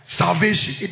salvation